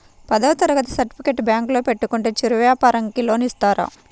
పదవ తరగతి సర్టిఫికేట్ బ్యాంకులో పెట్టుకుంటే చిరు వ్యాపారంకి లోన్ ఇస్తారా?